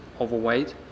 overweight